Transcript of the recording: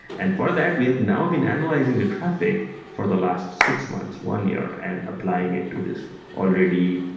and for that, we have now been analyzing the traffic for the last six months, one year, and applying it to this already